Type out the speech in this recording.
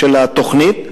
של התוכנית.